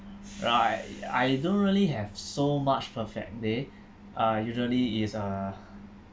right I don't really have so much perfect day uh usually is uh